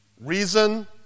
Reason